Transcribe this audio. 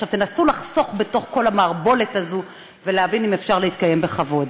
עכשיו תנסו לחסוך בתוך כל המערבולת הזאת ולהבין אם אפשר להתקיים בכבוד.